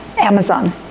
Amazon